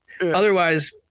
Otherwise